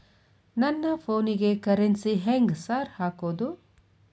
ನನ್ ಫೋನಿಗೆ ಕರೆನ್ಸಿ ಹೆಂಗ್ ಸಾರ್ ಹಾಕೋದ್?